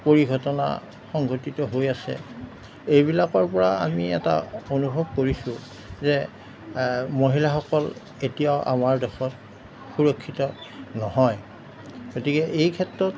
পৰিঘটনা সংঘটিত হৈ আছে এইবিলাকৰ পৰা আমি এটা অনুভৱ কৰিছোঁ যে মহিলাসকল কেতিয়াও আমাৰ দেশত সুৰক্ষিত নহয় গতিকে এই ক্ষেত্ৰত